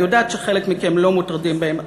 אני יודעת שחלק מכם לא מוטרדים בהן,